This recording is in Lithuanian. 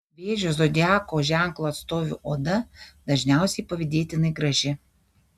vėžio zodiako ženklo atstovių oda dažniausiai pavydėtinai graži